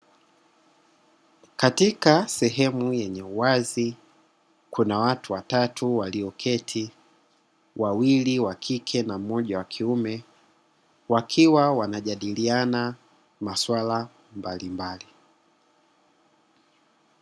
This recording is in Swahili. Katika sehemu yenye uwazi, kuna watu watatu walio keti, wawili wa kike na mmoja wa kiume, wakiwa wanajadiliana masuala mbalimbali.